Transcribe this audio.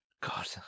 God